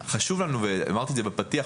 אמרתי את זה בפתיח,